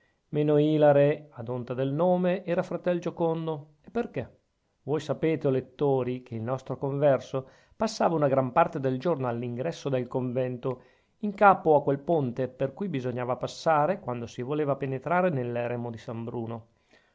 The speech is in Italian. meno ilare ad onta del nome era fratel giocondo e perchè voi sapete o lettori che il nostro converso passava una gran parte del giorno all'ingresso del convento in capo a quel ponte per cui bisognava passare quando si voleva penetrare nell'eremo di san bruno